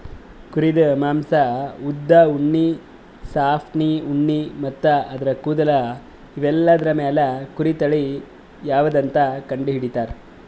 ಕುರಿದ್ ಮಾಂಸಾ ಉದ್ದ್ ಉಣ್ಣಿ ಸಾಫ್ಟ್ ಉಣ್ಣಿ ಮತ್ತ್ ಆದ್ರ ಕೂದಲ್ ಇವೆಲ್ಲಾದ್ರ್ ಮ್ಯಾಲ್ ಕುರಿ ತಳಿ ಯಾವದಂತ್ ಕಂಡಹಿಡಿತರ್